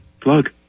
plug